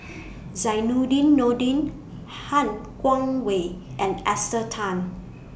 Zainudin Nordin Han Guangwei and Esther Tan